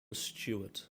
stewart